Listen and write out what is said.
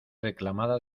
reclamada